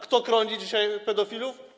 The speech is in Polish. Kto chroni dzisiaj pedofilów?